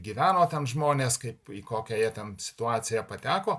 gyveno ten žmonės kaip į kokią jie ten situaciją pateko